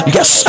Yes